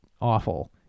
awful